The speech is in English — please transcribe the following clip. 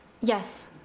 Yes